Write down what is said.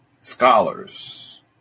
scholars